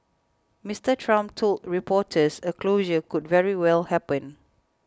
Mr Trump told reporters a closure could very well happen